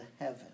heaven